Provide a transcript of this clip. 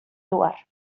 lugar